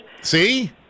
See